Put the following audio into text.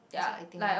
it's not I think